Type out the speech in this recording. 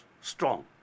strong